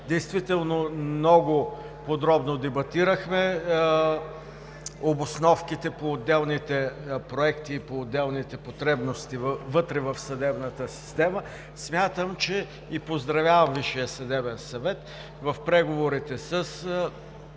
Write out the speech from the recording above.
Действително много подробно дебатирахме обосновките по отделните проекти и по отделните потребности в съдебната система. Поздравявам Висшия съдебен съвет за преговорите с